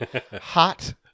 hot